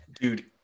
Dude